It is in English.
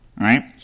right